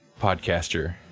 podcaster